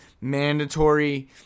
mandatory